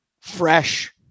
fresh